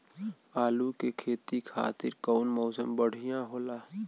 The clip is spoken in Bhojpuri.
आलू के खेती खातिर कउन मौसम बढ़ियां होला?